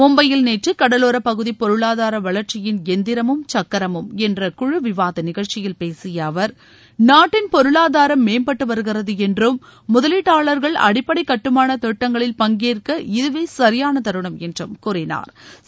மும்பையில் நேற்று கடலோர பகுதி பொருளாதார வளர்ச்சியின் எந்திரமும் சக்கரமும் என்ற குழு நிகழ்ச்சியில் பேசிய அவர் நாட்டின் பொருளாதாரம் மேம்பட்டு வருகிறது விவாத என்றம் முதலீட்டாளா்கள் அடிப்படை கட்டுமானத் திட்டங்களில் பங்கேற்க இதுவே சியான தருணம் என்றும் கூறினாள்